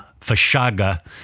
Fashaga